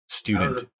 student